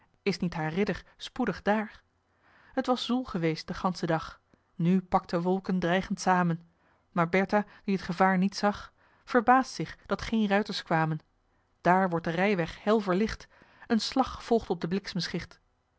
is niet haar ridder spoedig daar t was zoel geweest den ganschen dag nu pakten wolken dreigend samen maar bertha die t gevaar niet zag verbaast zich dat geen ruiters kwamen daar wordt de rijweg hel verlicht een slag volgt op de